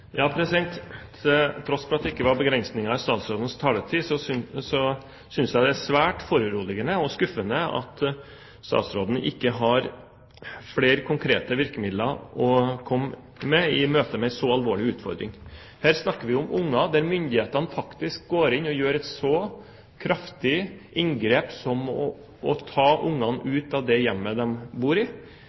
synes jeg det er svært foruroligende og skuffende at statsråden ikke har flere konkrete virkemidler å komme med i møte med en så alvorlig utfordring. Her snakker vi om barn der myndighetene faktisk går inn og gjør et så kraftig inngrep som å ta barna ut av det hjemmet de bor i